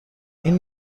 این